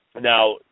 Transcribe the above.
Now